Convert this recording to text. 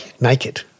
naked